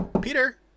Peter